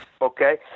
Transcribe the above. okay